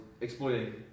exploiting